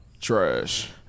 trash